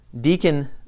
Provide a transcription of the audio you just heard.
Deacon